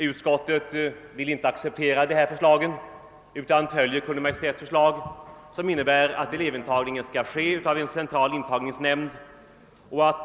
Utskottet vill inte acceptera detta förslag utan följer Kungl. Maj:ts förslag, som innebär att elevintagningen skall skötas av en central intagningsnämnd.